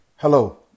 Hello